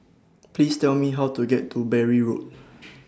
Please Tell Me How to get to Bury Road